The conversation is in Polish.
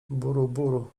buruburu